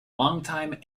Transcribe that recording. longtime